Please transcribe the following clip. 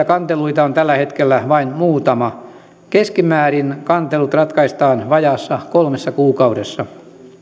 kanteluita on tällä hetkellä vain muutama keskimäärin kantelut ratkaistaan vajaassa kolmessa kuukaudessa